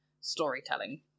storytelling